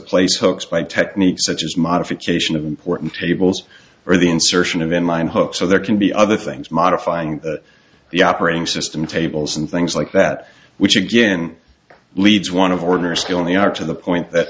place hooks by techniques such as modification of important tables or the insertion of inline hooks so there can be other things modifying the operating system tables and things like that which again leads one of ordinary skill in the art to the point that